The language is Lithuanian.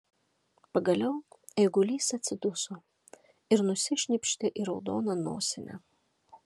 pagaliau eigulys atsiduso ir nusišnypštė į raudoną nosinę